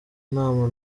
nama